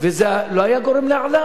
ואז לא היה גורם להעלאה.